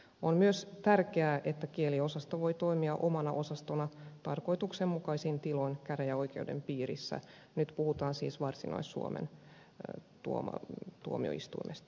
on myös tärkeää että kieliosasto voi toimia omana osastona tarkoituksenmukaisin tiloin käräjäoikeuden piirissä nyt puhutaan siis varsinais suomen tuomioistuimesta käräjäoikeudesta